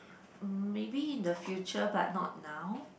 mm maybe in the future but not now